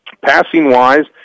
Passing-wise